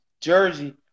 Jersey